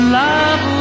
love